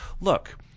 look